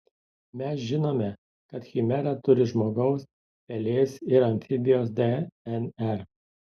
mes žinome kad chimera turi žmogaus pelės ir amfibijos dnr